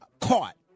caught